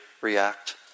react